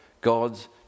God's